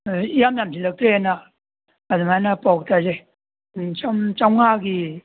ꯏꯌꯥꯝ ꯌꯥꯁꯤꯖꯜꯂꯛꯇ꯭ꯔꯦꯅ ꯑꯗꯨꯃꯥꯏꯅ ꯄꯥꯎ ꯇꯥꯖꯩ ꯎꯝ ꯁꯨꯝ ꯆꯧꯉꯥꯒꯤ